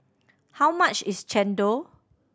how much is chendol